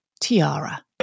Tiara